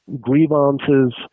grievances